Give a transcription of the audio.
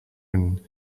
own